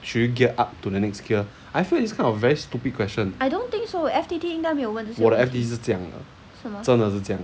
should you gear up to the next gear I feel it's kind of very stupid question 我的 F_T_T 是这样的:shizhe yang de